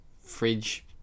fridge